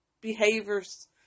behaviors